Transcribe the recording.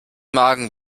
magen